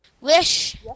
Wish